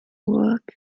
work